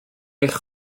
eich